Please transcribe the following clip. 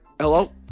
hello